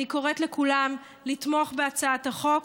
אני קוראת לכולם לתמוך בהצעת החוק.